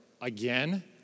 Again